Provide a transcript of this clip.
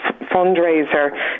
fundraiser